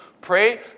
Pray